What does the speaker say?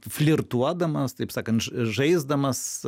flirtuodamas taip sakant žaisdamas